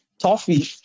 Toffee